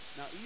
Now